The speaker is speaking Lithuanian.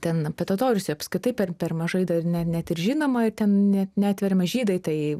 ten apie totorius jau apskritai per mažai dar ne net ir žinoma ir ten net netveriama žydai tai